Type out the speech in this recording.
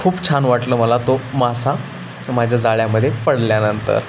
खूप छान वाटलं मला तो मासा माझ्या जाळ्यामध्ये पडल्यानंतर